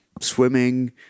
swimming